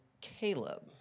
Caleb